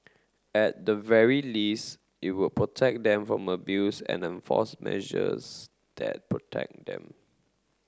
at the very least it will protect them from abuse and enforce measures that protect them